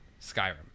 Skyrim